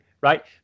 right